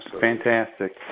Fantastic